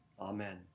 Amen